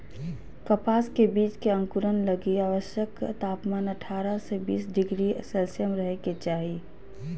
कपास के बीज के अंकुरण लगी आवश्यक तापमान अठारह से बीस डिग्री सेल्शियस रहे के चाही